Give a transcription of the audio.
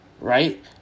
right